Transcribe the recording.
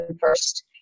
first